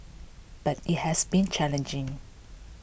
but it has been challenging